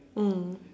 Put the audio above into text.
mm